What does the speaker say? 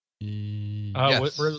Yes